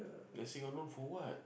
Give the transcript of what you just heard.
you want sing one room for what